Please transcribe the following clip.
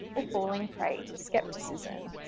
or falling prey to skepticism.